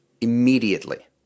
Immediately